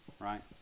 right